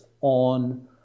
on